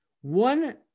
one